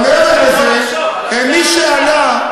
אבל, מעבר לזה, מי שעלה,